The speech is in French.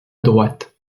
droite